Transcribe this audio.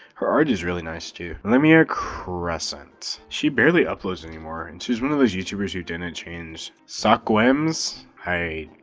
her art is really nice too. lemiacrescent. she barely uploads anymore, and she's one of those youtubers who didn't and change. sakuems? i.